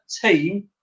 team